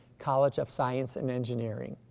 college of science and engineering.